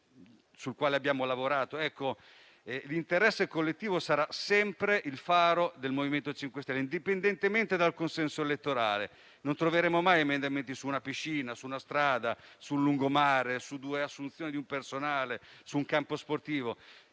sui quali abbiamo lavorato. L'interesse collettivo sarà sempre il faro del MoVimento 5 Stelle, indipendentemente dal consenso elettorale. Non troveremo mai emendamenti su una piscina, su una strada, su un lungomare, su assunzioni di personale o su un campo sportivo,